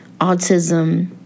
autism